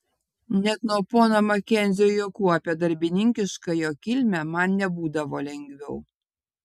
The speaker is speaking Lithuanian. net nuo pono makenzio juokų apie darbininkišką jo kilmę man nebūdavo lengviau